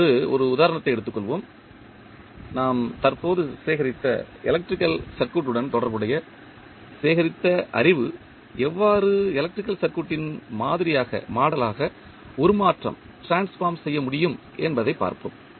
இப்போது ஒரு உதாரணத்தை எடுத்துக்கொள்வோம் நாம் தற்போது சேகரித்த எலக்ட்ரிக்கல் சர்க்யூட் உடன் தொடர்புடைய சேகரித்த அறிவு எவ்வாறு எலக்ட்ரிக்கல் சர்க்யூட் ன் மாதிரியாக உருமாற்றம் செய்ய முடியும் என்பதைப் பார்ப்போம்